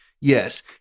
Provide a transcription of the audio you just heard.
Yes